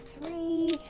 three